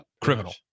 Criminal